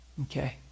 Okay